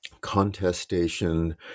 contestation